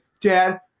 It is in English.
dad